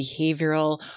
behavioral